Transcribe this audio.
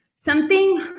something,